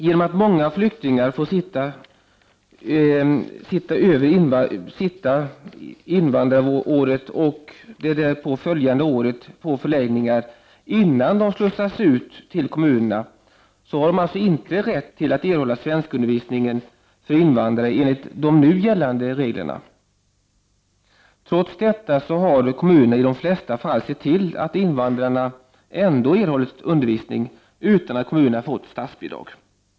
Genom att många flyktingar får sitta över två kalenderår på förläggningar innan de slussas ut till kommunerna, har de inte rätt att erhålla svenskundervisning för invandrare enligt nu gällande regler. Trots detta har kommunerna i de flesta fall sett till att invandrarna ändå erhållit undervis ning, utan att kommunerna har fått statsbidrag.